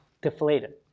deflated